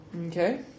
Okay